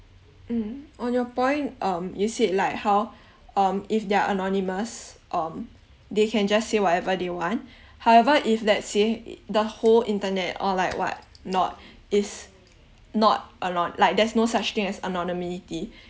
mmhmm on your point um you said like how um if they're anonymous um they can just say whatever they want however if let's say the whole internet or like whatnot is not anon~ like there's no such thing as anonymity